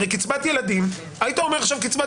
למשל קצבת ילדים היית אומר קצבת